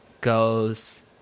goes